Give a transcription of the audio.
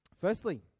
Firstly